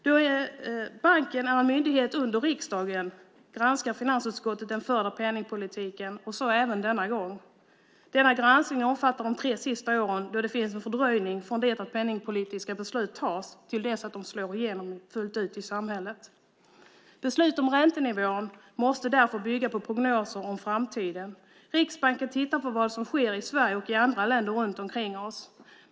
Då Riksbanken är en myndighet under riksdagen granskar finansutskottet den förda penningpolitiken; så även denna gång. Denna granskning omfattar de tre senaste åren, då det finns en fördröjning från det att penningpolitiska beslut tas till dess att de slår igenom fullt ut i samhället. Beslut om räntenivån måste därför bygga på prognoser om framtiden. Riksbanken tittar på vad som sker i Sverige och i länderna runt omkring oss.